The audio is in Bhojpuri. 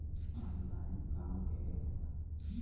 ऑनलाइन काम ढेर होला